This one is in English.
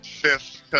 Fifth